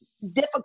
difficult